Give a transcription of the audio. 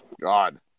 God